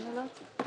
אני לא יוצאת.